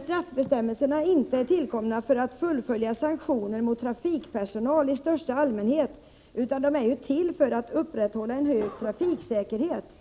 Straffbestämmelserna är ju inte tillkomna för att fullfölja sanktioner mot trafikpersonalen i största allmänhet, utan de är ju till för att upprätthålla en hög trafiksäkerhet.